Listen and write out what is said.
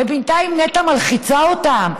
ובינתיים נת"ע מלחיצה אותם.